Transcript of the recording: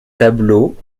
tableaux